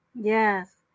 Yes